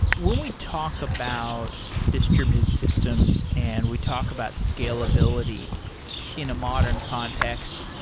when we talk about distributed systems and we talk about scalability in a modern context,